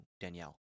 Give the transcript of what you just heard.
Danielle